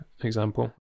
example